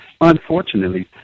unfortunately